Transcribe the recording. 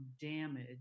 damage